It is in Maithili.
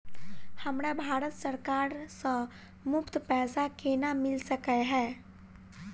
हमरा भारत सरकार सँ मुफ्त पैसा केना मिल सकै है?